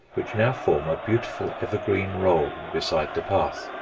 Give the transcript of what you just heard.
which now form a beautiful evergreen roll beside the path.